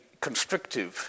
constrictive